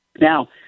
Now